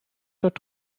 dort